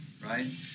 right